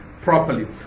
properly